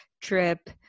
trip